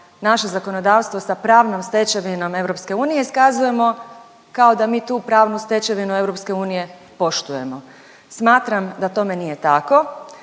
naše zakonodavstvo sa pravnom stečevinom EU iskazujemo kao da mi tu pravnu stečevinu EU poštujemo. Smatram da tome nije tako,